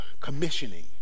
commissioning